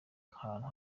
ahantu